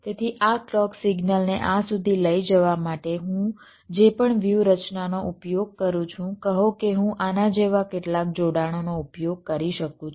તેથી આ ક્લૉક સિગ્નલને આ સુધી લઈ જવા માટે હું જે પણ વ્યૂહરચનાનો ઉપયોગ કરું છું કહો કે હું આના જેવા કેટલાક જોડાણોનો ઉપયોગ કરી શકું છું